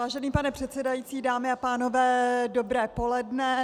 Vážený paní předsedající, dámy a pánové, dobré poledne.